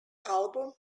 album